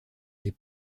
les